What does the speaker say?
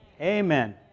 Amen